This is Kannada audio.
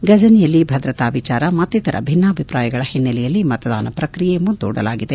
ಘಜನಿಯಲ್ಲಿ ಭದ್ರತಾ ವಿಚಾರ ಮತ್ತಿತ್ತರ ಭಿನ್ನಾಭಿಪ್ರಾಯಗಳ ಹಿನ್ನೆಲೆಯಲ್ಲಿ ಮತದಾನ ಪ್ರಕ್ರಿಯೆ ಮುಂದೂಡಲಾಗಿದೆ